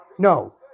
No